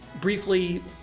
briefly